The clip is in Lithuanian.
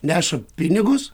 neša pinigus